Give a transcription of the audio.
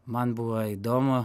man buvo įdomu